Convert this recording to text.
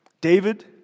David